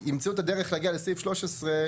ימצאו את הדרך להגיע לסעיף (13)